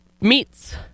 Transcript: Meats